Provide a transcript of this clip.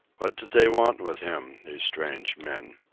what did they want with him, these strange men?